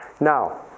Now